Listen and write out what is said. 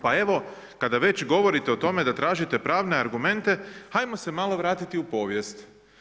Pa evo kad već govorite o tome da tražite pravne argumente, ajmo se malo vratiti u povijest.